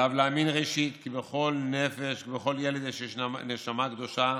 עליו להאמין ראשית כי בכל נפש ובכל ילד יש נשמה קדושה